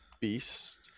beast